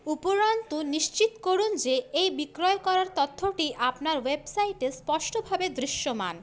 উপরন্তু নিশ্চিত করুন যে এই বিক্রয় করার তথ্যটি আপনার ওয়েবসাইটে স্পষ্টভাবে দৃশ্যমান